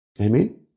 Amen